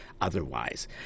otherwise